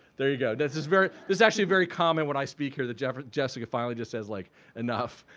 there you go. this is very this is actually very common when i speak here that jessica jessica finally just says like enough.